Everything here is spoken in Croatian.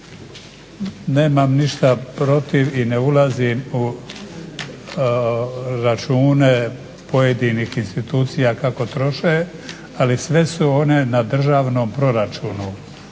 Nemam ništa protiv i ne ulazim u račune pojedinih institucija kako troše, ali sve su one na državnom proračunu,